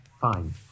Fine